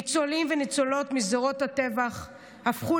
ניצולים וניצולות מזירות הטבח הפכו